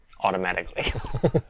Automatically